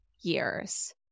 years